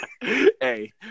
Hey